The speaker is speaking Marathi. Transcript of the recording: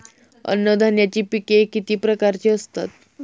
अन्नधान्याची पिके किती प्रकारची असतात?